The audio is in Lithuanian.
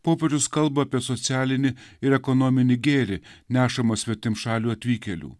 popiežius kalba apie socialinį ir ekonominį gėrį nešamą svetimšalių atvykėlių